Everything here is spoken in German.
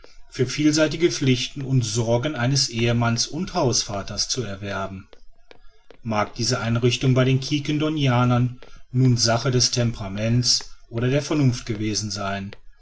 für die vielseitigen pflichten und sorgen eines ehemanns und hausvaters zu erwerben mag diese einrichtung bei den quiquendonianern nun sache des temperaments oder der vernunft gewesen sein